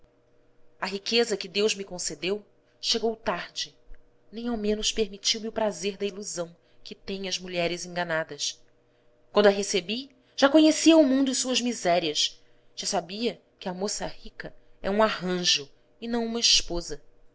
a riqueza que deus me concedeu chegou tarde nem ao menos permitiu me o prazer da ilusão que têm as mulheres enganadas quando a recebi já conhecia o mundo e suas misérias já sabia que a moça rica é um arranjo e não uma esposa